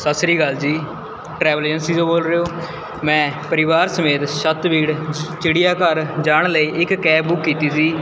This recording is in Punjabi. ਸਤਿ ਸ਼੍ਰੀ ਅਕਾਲ ਜੀ ਟ੍ਰੈਵਲ ਏਜੰਸੀ ਤੋਂ ਬੋਲ ਰਹੇ ਹੋ ਮੈਂ ਪਰਿਵਾਰ ਸਮੇਤ ਛੱਤਬੀੜ ਚਿੜੀਆਘਰ ਜਾਣ ਲਈ ਇੱਕ ਕੈਬ ਬੁੱਕ ਕੀਤੀ ਸੀ